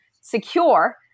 secure